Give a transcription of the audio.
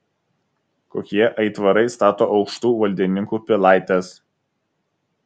kokie aitvarai stato aukštų valdininkų pilaites